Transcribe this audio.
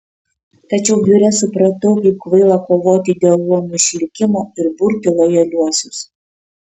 tačiau biure supratau kaip kvaila kovoti dėl luomų išlikimo ir burti lojaliuosius